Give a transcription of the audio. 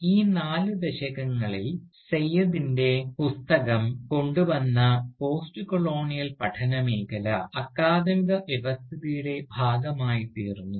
ഈ നാല് ദശകങ്ങളിൽ സയ്യ്ദിൻറെ പുസ്തകം കൊണ്ടുവന്ന പോസ്റ്റ്കൊളോണിയൽ പഠന മേഖല അക്കാദമിക വ്യവസ്ഥിതിയുടെ ഭാഗമായിത്തീർന്നു